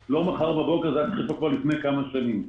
כבר לפני כמה שנים.